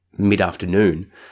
mid-afternoon